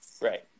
Right